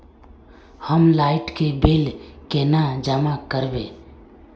हम लाइट के बिल केना जमा करबे?